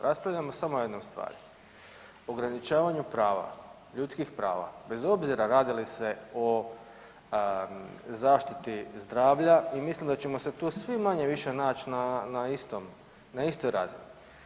Raspravljamo samo o jednoj stvari, ograničavanju prava, ljudskih prava bez obzira radi li se o zaštiti zdravlja i mislim da ćemo se tu svi manje-više naći na istom, na istoj razini.